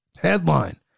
Headline